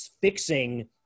fixing